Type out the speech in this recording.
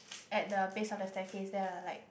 at the base of the staircase there lah like